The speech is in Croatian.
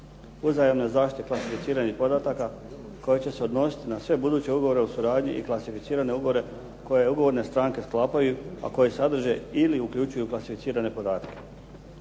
uzajamne zaštite klasificiranih podataka koja će se odnosi na sve buduće ugovore o suradnji i klasificirane ugovore koje ugovorne stranke sklapaju a koje sadrže ili uključujuću klasificirane podatke.